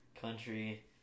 country